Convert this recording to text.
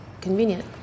convenient